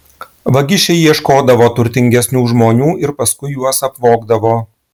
vagišiai ieškodavo turtingesnių žmonių ir paskui juos apvogdavo